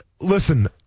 Listen